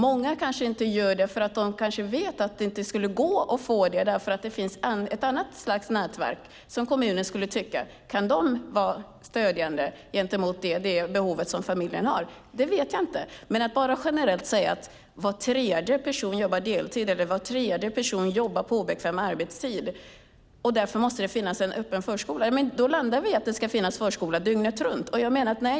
Många kanske vet att det inte går eftersom det finns ett annat slags nätverk som kommunen tycker kan stödja familjens behov. Jag vet inte hur det är. Om man säger att var tredje person jobbar deltid eller att var tredje person jobbar på obekväm arbetstid och att det därför måste finnas en öppen förskola landar vi i att det ska finnas förskola dygnet runt.